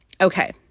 Okay